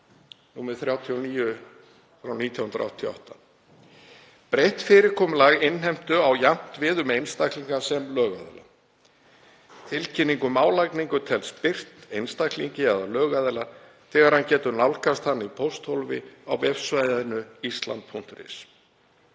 nr. 39/1988. Breytt fyrirkomulag innheimtu á jafnt við um einstaklinga sem lögaðila. Tilkynning um álagningu telst birt einstaklingi eða lögaðila þegar hann getur nálgast hana í pósthólfi á vefsvæðinu ísland.is.